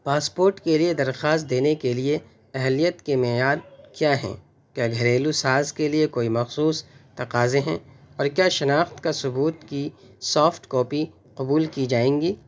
passport کے لیے درخواست دینے کے لیے اہلیت کے معیار کیا ہیں کیا گھریلو ساز کے لیے کوئی مخصوص تقاضے ہیں اور کیا شناخت کا ثبوت کی سافٹ کاپی قبول کی جائیں گی